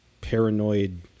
paranoid